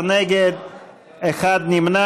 61 בעד, 13 נגד, אחד נמנע.